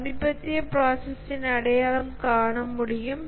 சமீபத்திய ப்ராசஸ்ஸை அடையாளம் காண முடியும்